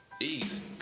Easy